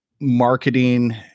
marketing